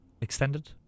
Extended